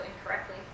incorrectly